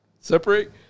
separate